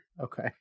okay